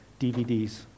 DVDs